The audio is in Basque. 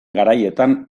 garaietan